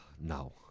no